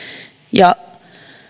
ja